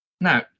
now